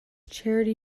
charity